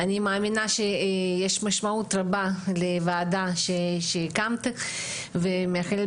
אני מאמינה שיש משמעות רבה לוועדה שהקמת ומאחלת